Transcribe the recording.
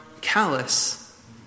callous